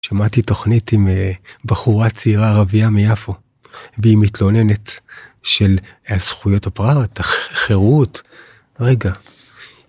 שמעתי תוכנית עם בחורה צעירה ערבייה מיפו והיא מתלוננת של זכויות הפרט, החירות, רגע.